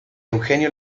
eugenio